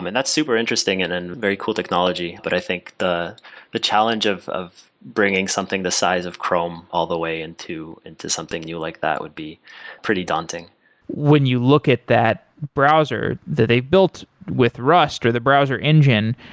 and that's super interesting and and very cool technology. but i think the the challenge of of bringing something the size of chrome all the way into into something new like that would be pretty daunting when you look at that browser that they built with rust, or the browser engine,